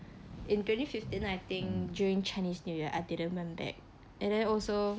in twenty fifteen I think during chinese new year I didn't went back and then also